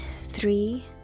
three